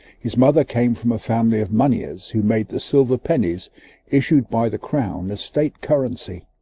his mother came from a family of moneyers who made the silver pennies issued by the crown as state currency.